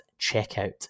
checkout